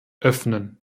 öffnen